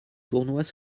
tournois